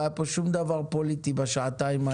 לא היה פה שום דבר פוליטי בשעתיים האלה.